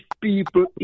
people